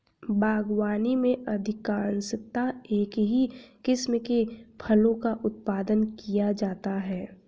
बागवानी में अधिकांशतः एक ही किस्म के फलों का उत्पादन किया जाता है